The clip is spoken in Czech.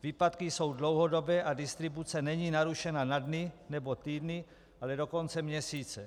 Výpadky jsou dlouhodobé a distribuce není narušena na dny nebo týdny, ale dokonce měsíce.